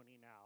now